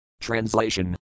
Translation